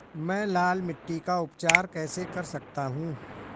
मैं लाल मिट्टी का उपचार कैसे कर सकता हूँ?